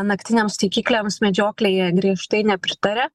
naktiniams taikikliams medžioklėje griežtai nepritaria